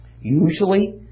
Usually